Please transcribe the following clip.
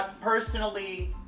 personally